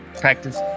practice